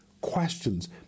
questions